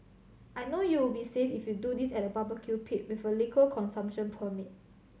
I know you'll be safe if you do this at a barbecue pit with a liquor consumption permit